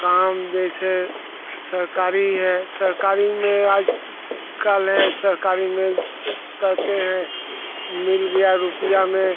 काम जैसे सरकारी है सरकारी में आज कल है सरकारी में करते हैं मिल गया रुपये में